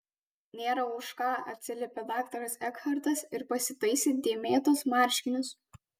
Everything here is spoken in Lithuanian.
nėra už ką atsiliepė daktaras ekhartas ir pasitaisė dėmėtus marškinius